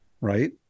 right